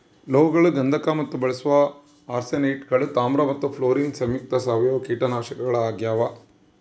ಲೋಹಗಳು ಗಂಧಕ ಮತ್ತು ಬಳಸುವ ಆರ್ಸೆನೇಟ್ಗಳು ತಾಮ್ರ ಮತ್ತು ಫ್ಲೋರಿನ್ ಸಂಯುಕ್ತ ಸಾವಯವ ಕೀಟನಾಶಕಗಳಾಗ್ಯಾವ